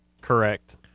Correct